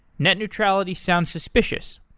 net neutrality sounds suspicious.